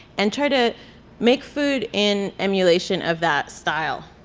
and try to make food in emulation of that style.